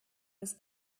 was